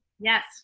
Yes